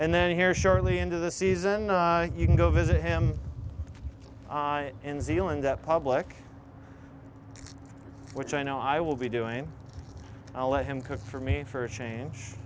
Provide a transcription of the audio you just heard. and then here shortly into the season you can go visit him in zealand that public which i know i will be doing i'll let him cook for me for a change